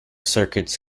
circuits